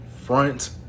Front